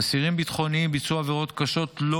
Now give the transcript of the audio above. אסירים ביטחוניים ביצעו עבירות קשות לא